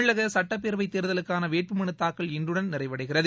தமிழக சுட்டப்பேரவைத் தேர்தலுக்கான வேட்பு மனுதாக்கல் இன்றுடன் நிறைவடைகிறது